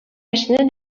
эшне